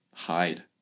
Hide